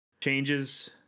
changes